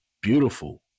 beautiful